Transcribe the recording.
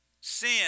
sin